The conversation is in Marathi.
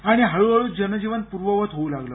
आणि हळूहळू जनजीवन पूर्ववत होऊ लागलं